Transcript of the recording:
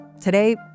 Today